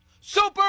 Super